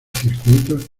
circuitos